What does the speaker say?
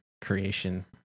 creation